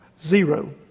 Zero